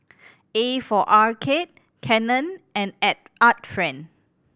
A for Arcade Canon and Art Friend